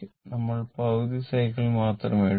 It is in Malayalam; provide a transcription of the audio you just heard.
നമ്മൾ പകുതി സൈക്കിൾ മാത്രമേ എടുക്കൂ